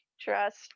trust